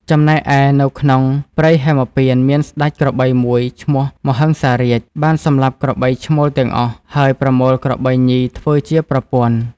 ចំណែកឯនៅក្នុងព្រៃហេមពាន្ត មានស្ដេចក្របីមួយឈ្មោះ មហិង្សារាជ បានសម្លាប់ក្របី ឈ្មោលទាំងអស់ ហើយប្រមូលក្របីញីធ្វើជាប្រពន្ធ។